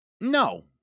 No